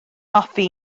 hoffi